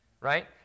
right